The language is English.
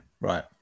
Right